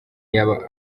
yaba